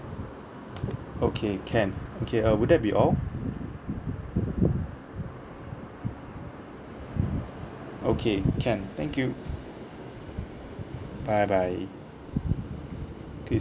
okay can okay uh would that be all okay can thank you bye bye